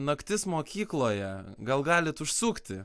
naktis mokykloje gal galit užsukti